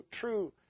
true